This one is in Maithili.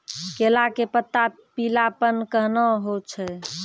केला के पत्ता पीलापन कहना हो छै?